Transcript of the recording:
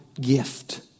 gift